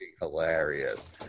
hilarious